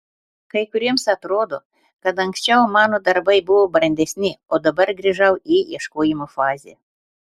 kai kuriems atrodo kad anksčiau mano darbai buvo brandesni o dabar grįžau į ieškojimų fazę